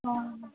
हँ